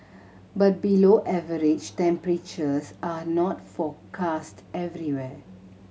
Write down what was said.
but below average temperatures are not forecast everywhere